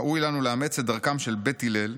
ראוי לנו לאמץ את דרכם של בית הלל,